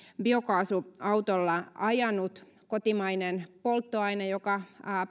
biokaasuautolla ajanut kotimainen polttoaine joka